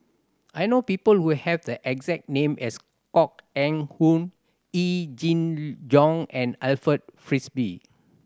I know people who have the exact name as Koh Eng Hoon Yee Jenn Jong and Alfred Frisby